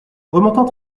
remontant